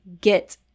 get